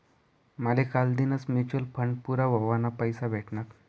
माले कालदीनच mutual fund पूरा व्हवाना पैसा भेटनात